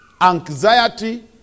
anxiety